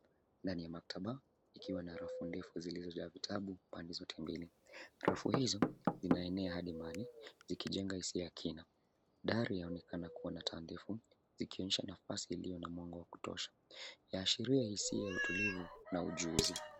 Ndani ya maktaba, ikiwa na rafu ndefu zilizojaa vitabu pande zote mbili. Rafu hizo zinaenea hadi mbali zikijenga hisia ya kina. Dari yaonekana kuwa na taa ndefu zikionyesha nafasi iliyo na mwanga wa kutosha. Yaashiria hisia utulivu na ujuzi.